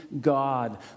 God